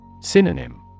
Synonym